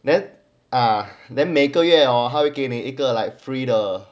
then ah 每个月他会给你一个 like free 的